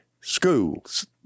schools